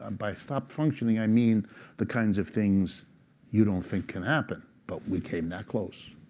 um by stopped functioning, i mean the kinds of things you don't think can happen. but we came that close.